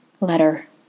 letter